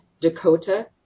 Dakota